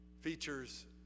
features